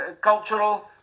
cultural